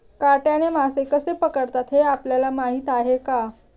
काट्याने मासे कसे पकडतात हे आपल्याला माहीत आहे का?